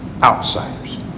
outsiders